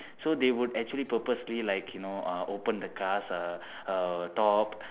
so they would actually purposely like you know uh open the cars uh uh top